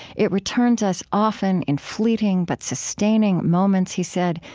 it returns us, often in fleeting but sustaining moments, he said,